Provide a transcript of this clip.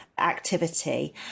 activity